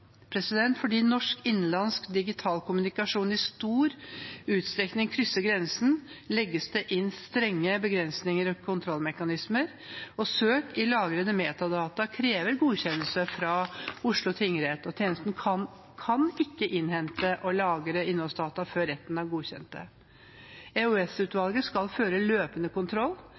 Fordi norsk innenlandsk digital kommunikasjon i stor utstrekning krysser grensen, legges det inn strenge begrensninger og kontrollmekanismer, og søk i lagrede metadata krever godkjennelse fra Oslo tingrett. Tjenesten kan ikke innhente og lagre innholdsdata før retten har godkjent det. EOS-utvalget skal føre løpende kontroll.